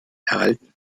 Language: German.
erhalten